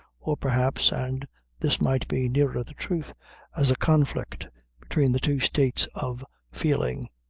or perhaps and this might be nearer the truth as a conflict between the two states of feeling.